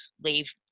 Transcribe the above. leave